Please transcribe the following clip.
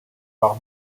par